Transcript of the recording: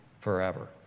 forever